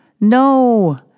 No